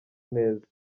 neza